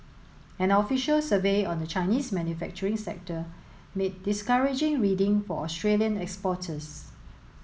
an official survey on the Chinese manufacturing sector made discouraging reading for Australian exporters